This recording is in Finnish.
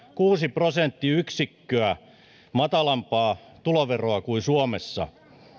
kuusi prosenttiyksikköä matalampaa tuloveroa kuin suomessa